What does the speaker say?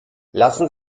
lassen